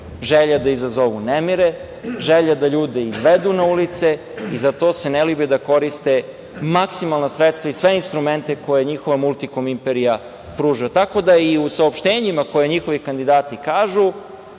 želja da izazovu nemire, želja da ljude izvedu na ulice i za to se ne libe da koriste maksimalna sredstva i sve instrumente koje njihova „Multikom“ imperija pruža, tako da i u saopštenjima koje njihovi kandidati kažu